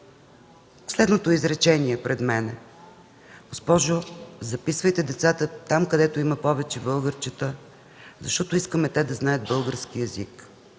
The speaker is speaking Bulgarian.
следното изречение: „Госпожо, записваме децата там, където има повече българчета, защото искаме да знаят български език.